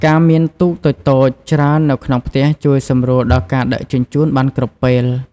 ការមានទូកតូចៗច្រើននៅក្នុងផ្ទះជួយសម្រួលដល់ការដឹកជញ្ជូនបានគ្រប់ពេល។